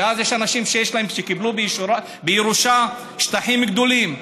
יש אנשים שקיבלו בירושה שטחים גדולים,